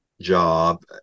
job